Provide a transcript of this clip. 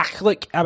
Look